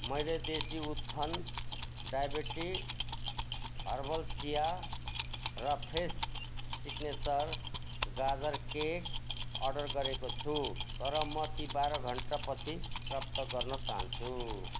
मैले देसी उत्थान डायबेटी हर्बल चिया र फ्रेस सिग्नेचर गाजर केक अर्डर गरेको छु तर म ती बाह्र घण्टापछि प्राप्त गर्न चाहन्छु